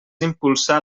impulsar